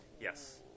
Yes